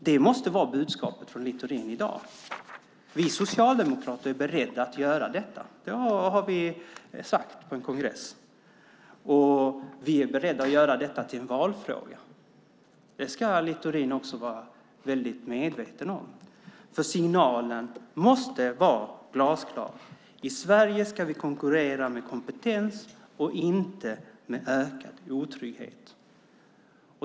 Det måste vara budskapet från Littorin i dag. Vi socialdemokrater är beredda att göra detta. Det har vi sagt på en kongress. Vi är beredda att göra det till en valfråga. Det ska Littorin vara medveten om. Signalen måste vara glasklar. I Sverige ska vi konkurrera med kompetens och inte med ökad otrygghet.